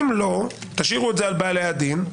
אם לא תשאירו את זה על בעלי הדין.